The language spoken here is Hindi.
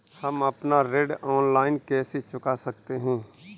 हम अपना ऋण ऑनलाइन कैसे चुका सकते हैं?